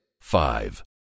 five